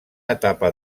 etapa